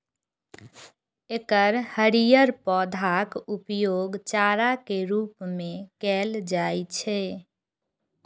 एकर हरियर पौधाक उपयोग चारा के रूप मे कैल जाइ छै